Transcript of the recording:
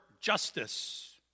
justice